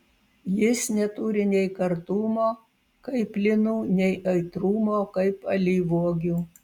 jis neturi nei kartumo kaip linų nei aitrumo kaip alyvuogių